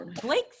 Blake